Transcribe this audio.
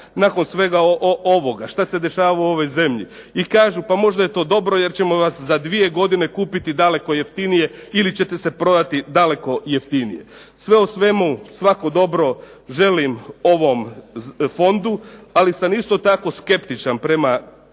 nakon svega ovoga što se dešava u ovoj zemlji. I kažu pa možda je to dobro jer ćemo za dvije godine kupiti daleko jeftinije, ili ćete se prodati daleko jeftinije. Sve u svemu, svako dobro želim ovom Fondu, ali sam isto tako skeptičan prema